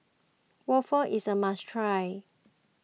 Waffle is a must try